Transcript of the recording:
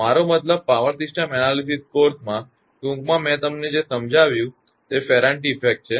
મારો મતલબ power system analysis કોર્સમાં ટૂંકમાં મેં તમને કહ્યું છે કે ફેરાન્ટી ઇફેક્ટ શું છે